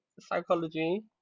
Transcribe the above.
psychology